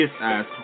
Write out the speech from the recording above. ass